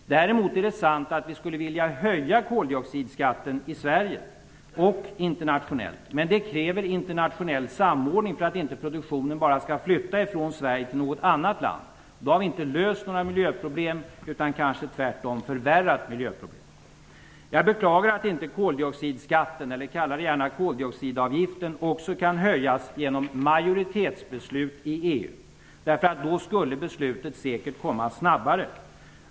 Det är sant att vi skulle vilja höja kolodioxidskatten i Sverige och internationellt, men det kräver en internationell samordning, så att inte produktionen bara flyttar från Sverige till något annat land. Då löser vi inte några miljöproblem; vi kanske tvärtom förvärrar dem. Jag beklagar att inte koldioxidskatten - man kan också säga koldioxidavgiften - kan höjas genom ett majoritetsbeslut i EU. Då skulle beslutet säkert komma snabbare.